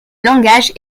langage